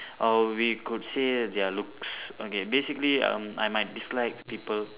or we could say their looks okay basically um I might dislike people